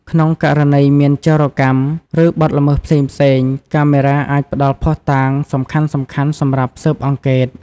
ក្នុងករណីមានចោរកម្ម ឬបទល្មើសផ្សេងៗ កាមេរ៉ាអាចផ្តល់ភស្តុតាងសំខាន់ៗសម្រាប់ស៊ើបអង្កេត។